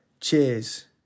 Cheers